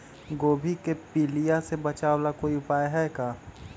गोभी के पीलिया से बचाव ला कोई उपाय है का?